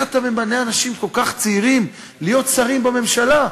אתה ממנה אנשים כל כך צעירים להיות שרים בממשלה?